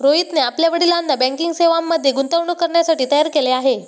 रोहितने आपल्या वडिलांना बँकिंग सेवांमध्ये गुंतवणूक करण्यासाठी तयार केले आहे